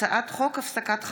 גופות